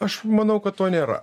aš manau kad to nėra